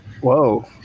whoa